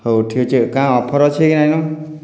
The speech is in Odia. ହେଉ ଠିକ୍ ଅଛେ କାଁ ଅଫର୍ ଅଛେ କି ନାହିଁନ